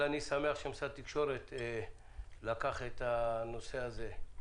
אני שמח שמשרד התקשורת לקח את הנושא הזה.